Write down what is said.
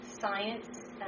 science